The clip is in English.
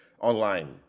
online